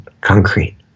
concrete